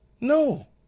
No